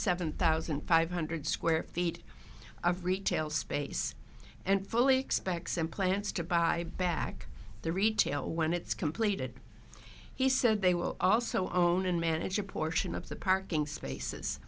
seven thousand five hundred square feet of retail space and fully expects him plans to buy back the retail when it's completed he said they will also own and manage a portion of the parking spaces